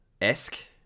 esque